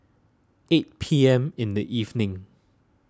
eight P M in the evening